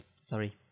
Sorry